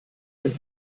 ein